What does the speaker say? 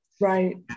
right